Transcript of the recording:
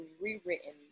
rewritten